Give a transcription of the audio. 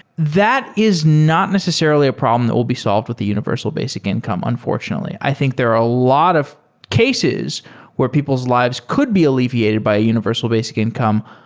that is not necessarily a problem that will be solved with the universal basic income unfortunately. i think there are a lot of cases where people lives could be alleviated by universal basic income.